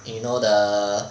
you know the